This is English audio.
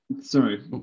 sorry